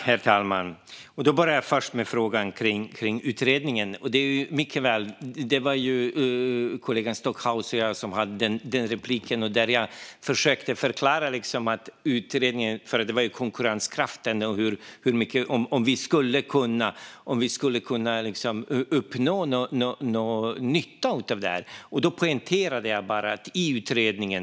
Herr talman! Jag börjar med frågan om utredningen. Det var kollegan Stockhaus och jag som hade det replikskiftet, där jag försökte förklara att det handlade om utredningen och konkurrenskraften och hur mycket vi skulle kunna uppnå för att dra någon nytta av detta.